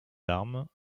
armes